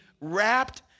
wrapped